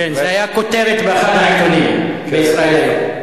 כן, זאת היתה כותרת באחד העיתונים, ב"ישראל היום".